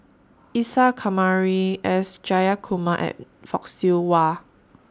Isa Kamari S Jayakumar and Fock Siew Wah